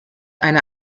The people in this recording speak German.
eine